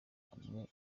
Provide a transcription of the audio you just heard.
umwe